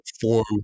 form